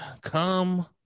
come